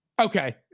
okay